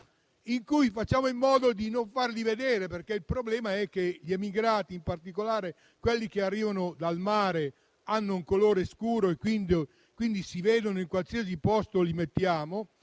cercando di non farle vedere. Il problema è che gli immigrati, in particolare quelli che arrivano dal mare, hanno un colore scuro e quindi si vedono in qualsiasi posto li mettiamo.